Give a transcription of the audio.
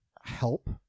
help